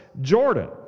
Jordan